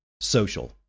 Social